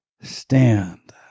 Stand